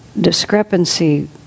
discrepancy